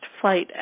flight